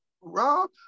Rob